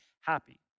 happy